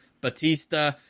Batista